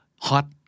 hot